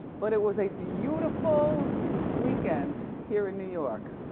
but it was a beautiful weekend here in new york